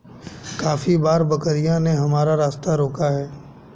काफी बार बकरियों ने हमारा रास्ता रोका है